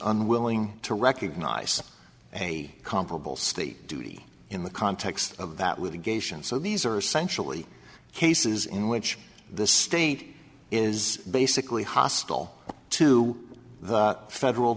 unwilling to recognize a comparable state duty in the context of that litigation so these are sensually cases in which the state is basically hostile to the federal